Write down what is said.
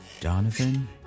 Donovan